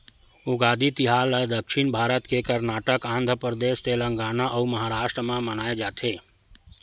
उगादी तिहार ल दक्छिन भारत के करनाटक, आंध्रपरदेस, तेलगाना अउ महारास्ट म मनाए जाथे